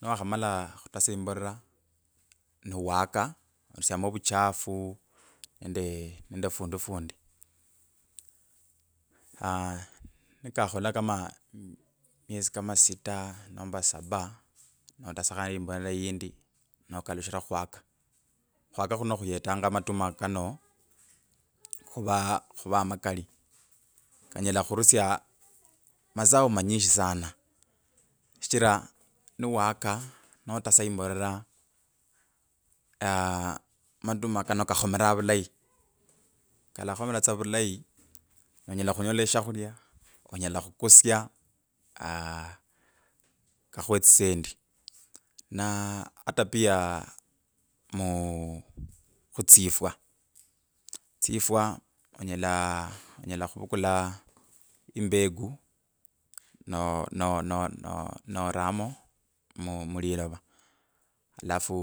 Nowa khamala khutesa imbolera. niwaka. no rusya mo ovuchafu nende fundu fundi. Aa nikakhola kama emiesi kama sita. nomba saba note sakhandi imbolera yindi nokalushira khwaka khwaka khuno khubetanga amatuma kano khuva khuvaa makali kanyela khurusya mazao manyisha sana. Shichira ni waka. note saimbolera. aa matuma kanoka khomeranga vulayi kala khomera tsavulayi nonyela klhunyola eshaklhula onyela khukusyaaa aa kakhu eetsisendi. Naa atatapia. mu khutsifwa. Tsifwa onyela onyela khuvukulai mbengu. no- no- no- no- noramo mulilora alafu